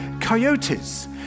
coyotes